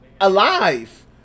alive